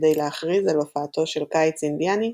שכדי להכריז על הופעתו של קיץ אינדיאני,